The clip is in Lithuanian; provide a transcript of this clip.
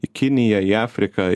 į kiniją į afriką